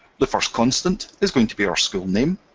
the first constant is going to be our school name,